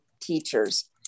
teachers